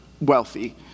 wealthy